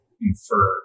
infer